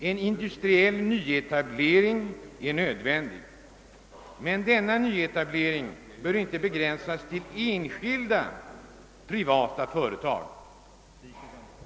En industriell nyetablering är nödvändig, men denna nyetablering bör inte begränsas till enskilda privata företag.